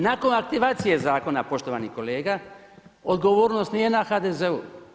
Nakon aktivacije Zakona, poštovani kolega odgovornost nije na HDZ-u.